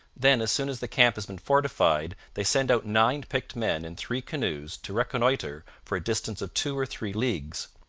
then, as soon as the camp has been fortified, they send out nine picked men in three canoes to reconnoitre for a distance of two or three leagues.